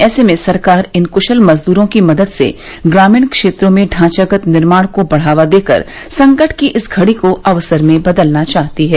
ऐसे में सरकार इन कुशल मजदूरों की मदद से ग्रामीण क्षेत्रों में ढांचागत निर्माण को बढ़ावा देकर संकट की इस घड़ी को अवसर में बदलना चाहती है